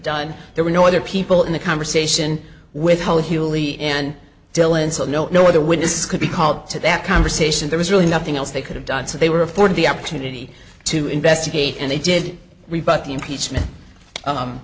done there were no other people in the conversation with whole huli and dylan so no no other witnesses could be called to that conversation there was really nothing else they could have done so they were afforded the opportunity to investigate and they did rebut the impeachment